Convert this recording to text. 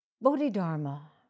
Bodhidharma